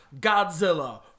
Godzilla